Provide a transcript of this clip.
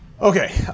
Okay